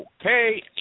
Okay